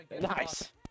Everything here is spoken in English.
Nice